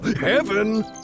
heaven